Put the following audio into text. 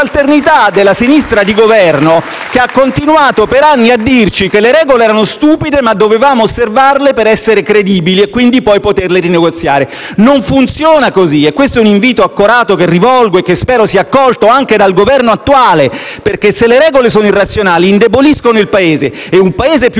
subalternità della sinistra di Governo, che ha continuato per anni a dirci che le regole erano stupide, ma dovevamo osservarle per essere credibili e per poterle poi rinegoziare. Non funziona così! È un invito accorato che rivolgo e che spero sia accolto anche dal Governo attuale. Se le regole sono irrazionali, indeboliscono il Paese e un Paese più